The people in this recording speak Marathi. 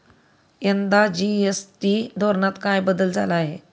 यंदा जी.एस.टी धोरणात काय बदल झाला आहे?